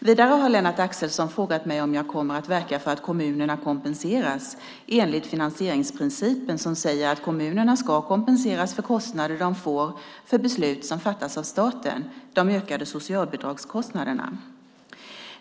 Vidare har Lennart Axelsson frågat mig om jag kommer att verka för att kommunerna kompenseras - enligt finansieringsprincipen som säger att kommunerna ska kompenseras för kostnader de får för beslut som fattas av staten - de ökade socialbidragskostnaderna.